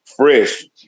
fresh